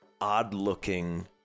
odd-looking